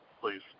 please